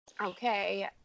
Okay